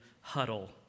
huddle